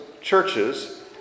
churches